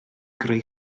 greu